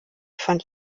fand